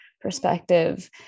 perspective